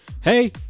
hey